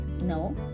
no